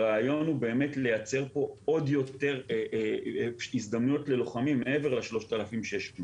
הרעיון הוא באמת לייצר פה עוד יותר הזדמנויות ללוחמים מעבר ל-3,600.